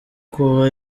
kuba